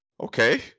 Okay